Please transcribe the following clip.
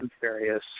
various